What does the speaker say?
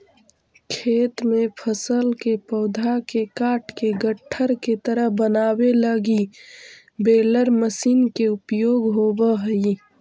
खेत में फसल के पौधा के काटके गट्ठर के तरह बनावे लगी बेलर मशीन के उपयोग होवऽ हई